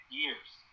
years